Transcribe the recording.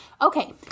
Okay